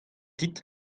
dit